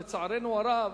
לצערנו הרב,